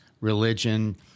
religion